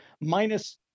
minus